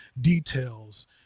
details